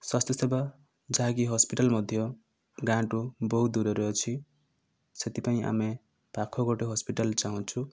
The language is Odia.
ସ୍ୱାସ୍ଥ୍ୟ ସେବା ଯାହାକି ହସ୍ପିଟାଲ ମଧ୍ୟ ଗାଁଠୁ ବହୁତ ଦୂରରେ ଅଛି ସେଥିପାଇଁ ଆମେ ପାଖ ଗୋଟେ ହସ୍ପିଟାଲ ଚାହୁଁଛୁ